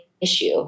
issue